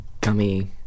Gummy